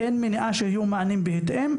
אז אין מניעה שיהיו מענים בהתאם,